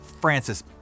Francis